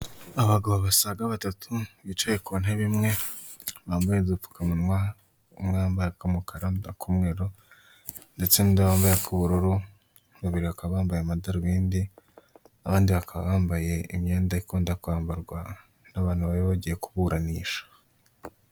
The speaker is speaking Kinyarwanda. Abagabo basaga batatu bicaye ku ntebe imwe bambaye udupfukamunwa umwe wambaye ak'umukara, ak'umweru, ndetse n'undi wambaye ak'ubururu, babiri bakaba bambaye amadarubindi abandi bakaba bambaye imyenda ikunda kwambarwa n'abantu baba bagiye kuburanisha.